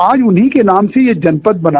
आज उन्हीं के नाम से यह जनपद बना